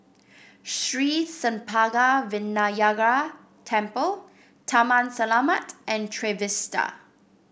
Sri Senpaga Vinayagar Temple Taman Selamat and Trevista